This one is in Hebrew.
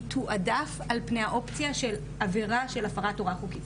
היא תועדף על פני האופציה של עבירה של הפרת הוראה חוקית.